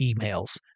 emails